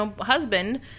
husband